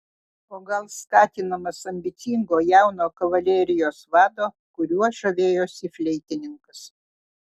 o gal skatinamas ambicingo jauno kavalerijos vado kuriuo žavėjosi fleitininkas